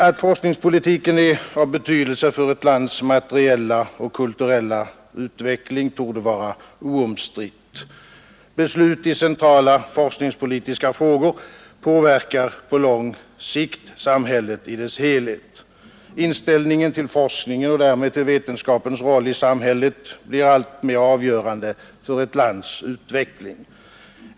Att forskningspolitiken är av betydelse för ett lands materiella och kulturella utveckling torde vara oomstritt. Beslut i centrala forskningspolitiska frågor påverkar på lång sikt samhället i dess helhet. Inställningen till forskningen och därmed till vetenskapens roll i samhället blir alltmer avgörande för ett lands utveckling.